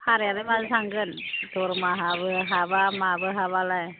भारायालाय माजों थांगोन दरमाहाबो हाबा माबो हाबालाय